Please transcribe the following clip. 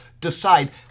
decide